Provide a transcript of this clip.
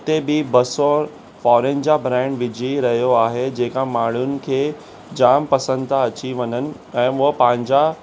हुते बि ॿ सौ फॉरेन जा ब्रांड विझी रहियो आहे जेका माण्हुनि खे जामु पसंदि था अची वञनि ऐं उहे पंहिंजा